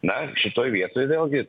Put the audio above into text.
na šitoj vietoj vėlgi